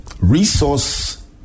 resource